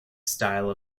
style